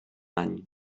any